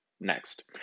Next